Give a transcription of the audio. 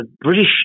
British